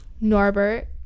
Norbert